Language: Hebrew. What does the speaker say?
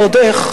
ועוד איך.